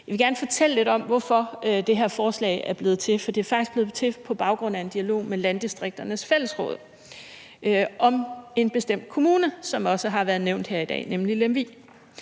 Jeg vil gerne fortælle lidt om, hvorfor det her forslag er blevet til, for det er faktisk blevet til på baggrund af en dialog med Landdistrikternes Fællesråd om en bestemt kommune, som også har været nævnt her i dag, nemlig Lemvig.